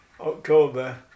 October